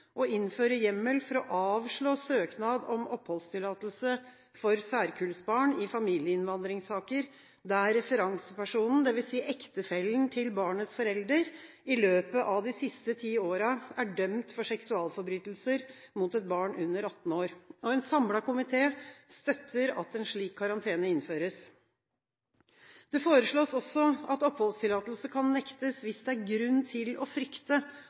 innføre hjemmel for å avslå søknad om oppholdstillatelse for særkullsbarn i familieinnvandringssaker der referansepersonen, dvs. ektefellen til barnets forelder, i løpet av de siste ti årene er dømt for seksualforbrytelser mot et barn under 18 år. En samlet komité støtter at en slik karantene innføres. Det foreslås også at oppholdstillatelse kan nektes hvis det er grunn til å frykte